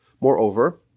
Moreover